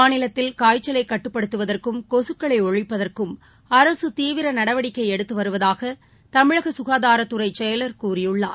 மாநிலத்தில் காய்ச்சலைகட்டுப்படுத்துவதற்கும் கொசுக்களைஒழிப்பதற்கும் அரசுதீவிரநடவடிக்கைஎடுத்துவருவதாகதமிழகசுகாதாரத் துறைசெயலர் கூறியுள்ளார்